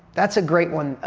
that's a great one.